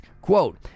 Quote